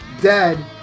dead